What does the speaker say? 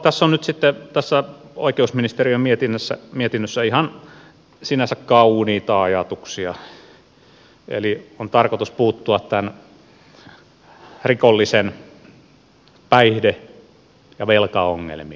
tässä oikeusministeriön mietinnössä on sinänsä ihan kauniita ajatuksia eli on tarkoitus puuttua tämän rikollisen päihde ja velkaongelmiin